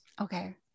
Okay